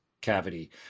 cavity